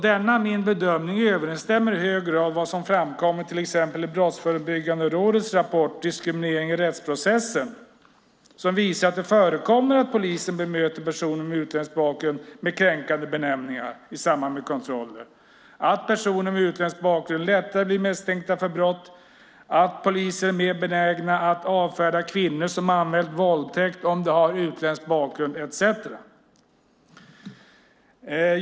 Denna min bedömning överensstämmer i hög grad med vad som framkommer i till exempel Brottsförebyggande rådets rapport Diskriminering i rättsprocessen , som visar att det förekommer att polisen bemöter personer med utländsk bakgrund med kränkande benämningar i samband med kontroller, att personer med utländsk bakgrund lättare blir misstänkta för brott, att poliser är mer benägna att avfärda kvinnor som anmält våldtäkt om de har utländsk bakgrund etcetera.